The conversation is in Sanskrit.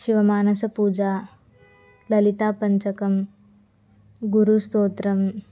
शिवमानसपूजा ललितापञ्चकं गुरुस्तोत्रम्